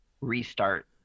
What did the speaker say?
restart